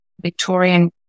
Victorian